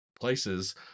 places